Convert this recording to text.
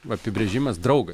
apibrėžimas draugas